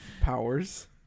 powers